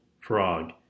frog